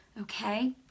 Okay